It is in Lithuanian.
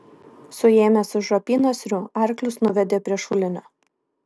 suėmęs už apynasrių arklius nuvedė prie šulinio